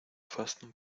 fasten